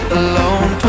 alone